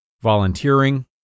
volunteering